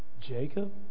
Jacob